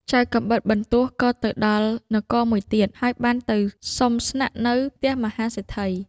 ចៅកាំបិតបន្ទោះក៏ទៅដល់នគរមួយទៀត ហើយបានទៅសុំស្នាក់នៅផ្ទះមហាសេដ្ឋី។